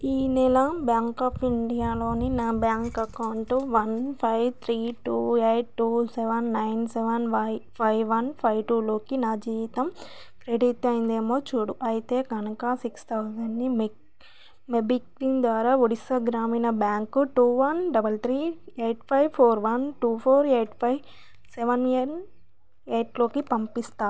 ఈ నెల bank of ఇండియాలోని నా bank account one five three two eight two seven nine seven Y five one five టులోకి నా జీతం క్రెడిట్ అయ్యిందేమో చూడు అయితే కనుక సిక్స్ థౌసండ్ని మెక్ మెబిక్విన్ ద్వారా Odisha Gramin bank two one double three eight five four one two four eight five seven N ఎయిట్లోకి పంపిస్తాను